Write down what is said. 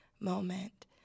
moment